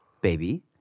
baby